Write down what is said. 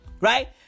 right